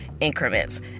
increments